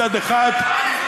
מצד אחד,